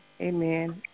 amen